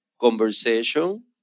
conversation